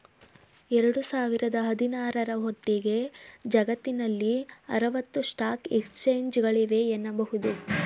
ಎರಡು ಸಾವಿರದ ಹದಿನಾರ ರ ಹೊತ್ತಿಗೆ ಜಗತ್ತಿನಲ್ಲಿ ಆರವತ್ತು ಸ್ಟಾಕ್ ಎಕ್ಸ್ಚೇಂಜ್ಗಳಿವೆ ಎನ್ನುಬಹುದು